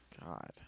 God